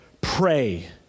Pray